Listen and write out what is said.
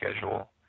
schedule